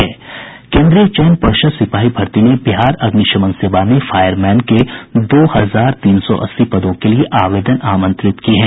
केन्द्रीय चयन पर्षद सिपाही भर्ती ने बिहार अग्निशमन सेवा में फायर मैन के दो हजार तीन सौ अस्सी पदों के लिए आवेदन आमंत्रित किया है